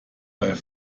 bei